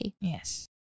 Yes